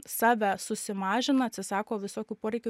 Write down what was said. save susimažina atsisako visokių poreikių